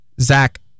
Zach